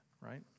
right